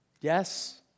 Yes